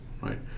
right